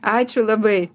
ačiū labai